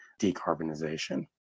decarbonization